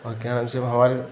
और से हमारे